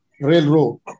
railroad